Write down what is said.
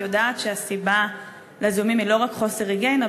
את יודעת שהסיבה לזיהומים היא לא רק חוסר היגיינה.